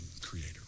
creator